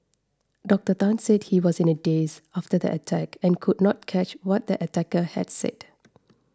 Doctor Tan said he was in a daze after the attack and could not catch what the attacker had said